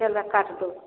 ज़रा काट दो